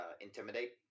Intimidate